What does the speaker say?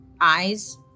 Eyes